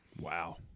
Wow